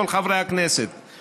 כל חברי הכנסת,